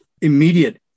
immediate